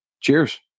Cheers